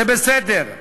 זה בסדר,